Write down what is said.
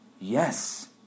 Yes